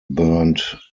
burned